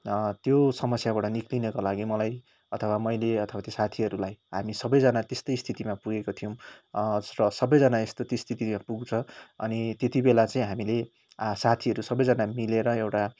त्यो समस्याबाट निस्कनको लागि मलाई अथवा मैले अथवा त्यो साथीहरूलाई हामी सबैजना त्यस्तै स्थितिमा पुगेको थियौँ सबैजना यस्तो स्थितिमा पुग्छ अनि त्यति बेला चाहिँ हामीले साथीहरू सबैजना मिलेर एउटा